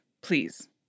Please